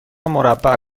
مربع